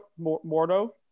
Mordo